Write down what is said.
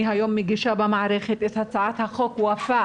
היום אני מגישה במערכת את הצעת החוק וופא